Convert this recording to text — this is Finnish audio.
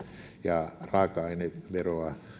ja raaka aineveroa